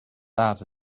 sad